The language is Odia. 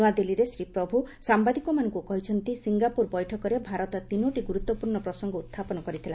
ନୂଆଦିଲ୍ଲୀରେ ଶ୍ରୀ ପ୍ରଭୁ ସାମ୍ଭାଦିକମାନଙ୍କୁ କହିଛନ୍ତି ସିଙ୍ଗାପୁର ବୈଠକରେ ଭାରତ ତିନୋଟି ଗୁରୁତ୍ୱପୂର୍ଣ୍ଣ ପ୍ରସଙ୍ଗ ଉହ୍ଚାପନ କରିଥିଲା